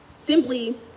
simply